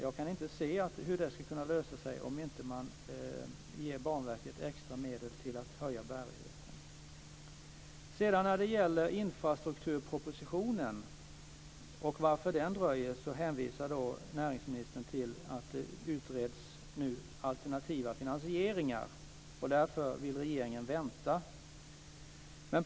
Jag kan inte se hur det ska kunna lösa sig om man inte ger När det gäller infrastrukturpropositionen och frågan om varför den dröjer hänvisar näringsmininstern till att alternativa finansieringar nu utreds och att regeringen därför vill vänta.